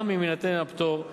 גם אם יינתן הפטור,